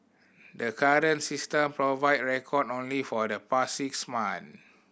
the current system provide record only for the past six months